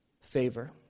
favor